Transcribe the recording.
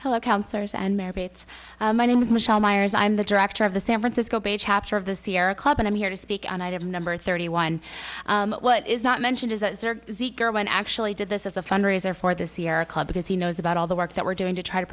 merits my name is michelle myers i'm the director of the san francisco bay chapter of the sierra club and i'm here to speak on item number thirty one what is not mentioned is that when i actually did this as a fundraiser for the sierra club because he knows about all the work that we're doing to try to